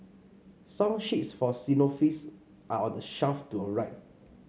song sheets for xylophones are on the shelf to your right